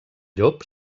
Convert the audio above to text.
llop